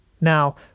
Now